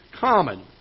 common